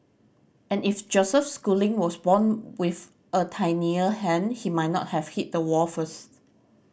and if Joseph Schooling was born with a tinier hand he might not have hit the wall first